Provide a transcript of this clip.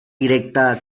directa